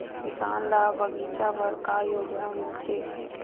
किसान ल बगीचा बर का योजना मिलथे?